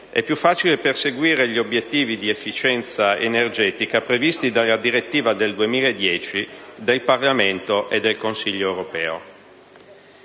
è più facile perseguire gli obiettivi di efficienza energetica previsti dalla direttiva del 2010 del Parlamento e del Consiglio europeo.